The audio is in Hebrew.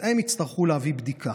הם יצטרכו להביא בדיקה.